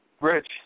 Rich